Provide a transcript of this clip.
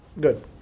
Good